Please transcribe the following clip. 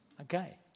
Okay